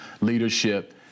leadership